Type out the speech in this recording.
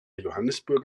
johannesburg